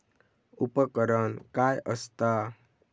उपकरण काय असता?